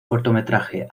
cortometraje